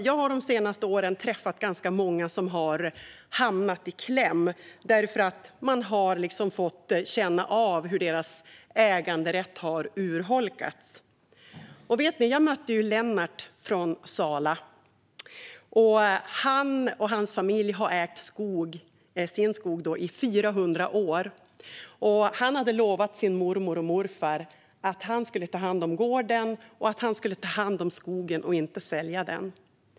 Jag har de senaste åren träffat ganska många som har hamnat i kläm när de har fått känna av hur deras äganderätt har urholkats. Jag mötte Lennart från Sala. Han och hans familj har ägt sin skog i 400 år. Han hade lovat sin mormor och morfar att han skulle ta hand om gården och att han skulle ta hand om skogen och inte sälja den.